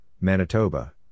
Manitoba